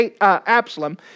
Absalom